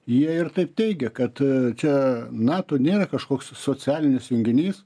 jie ir taip teigia kad čia nato nėra kažkoks socialinis junginys